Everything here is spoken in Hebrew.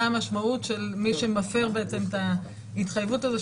כלומר מה המשמעות של מי שמפר את ההתחייבות הזאת,